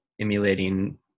emulating